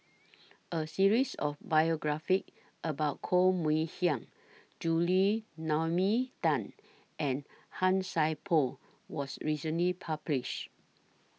A series of biographies about Koh Mui Hiang Julie Naomi Tan and Han Sai Por was recently published